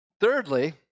thirdly